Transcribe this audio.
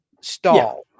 stall